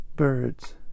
Birds